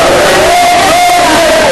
חברת הכנסת רגב, נא לשבת.